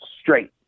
straight